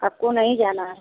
आपको नहीं जाना है